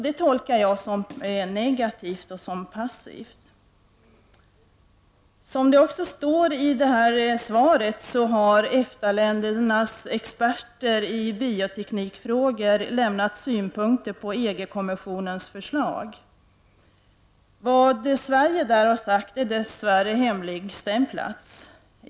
Det tolkar jag som negativt och passivt. Det står i svaret att EFTA-ländernas experter i bioteknikfrågor har lämnat synpunkter på EG-kommissionens förslag. Vad Sverige där har sagt är dess värre hemligstämplat.